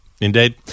Indeed